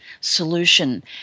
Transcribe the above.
solution